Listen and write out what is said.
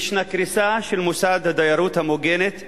יש קריסה של מוסד הדיירות המוגנת,